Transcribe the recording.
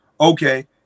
okay